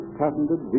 patented